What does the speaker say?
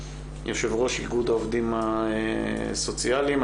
יושבת-ראש איגוד העובדים הסוציאליים.